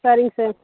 சரிங்க சார்